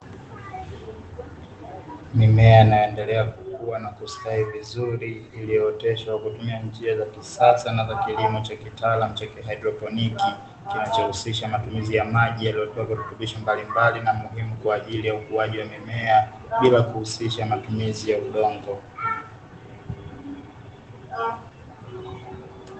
Mimea inayoendelea kukuwa na kustawi vizuri iliyooteshwa kwa kutumia njia za kisasa na za kilimo cha kitaalamu cha kihaidroponi, kinachohusisha matumizi ya maji yaliyotiwa virutubisho mbalimbali na muhimu kwa ajili ya ukuaji wa mimea, bila kuhusisha matumizi ya udongo.